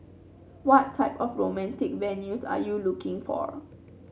what type of romantic venues are you looking for